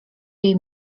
jej